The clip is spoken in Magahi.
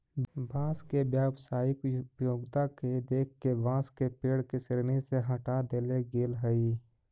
बाँस के व्यावसायिक उपयोगिता के देख के बाँस के पेड़ के श्रेणी से हँटा देले गेल हइ